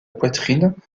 poitrine